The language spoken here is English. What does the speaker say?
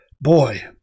boy